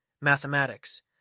Mathematics